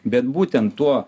bet būtent tuo